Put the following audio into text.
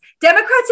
Democrats